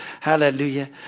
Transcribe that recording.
Hallelujah